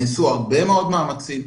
נעשו הרבה מאוד מאמצים.